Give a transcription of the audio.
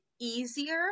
easier